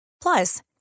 Plus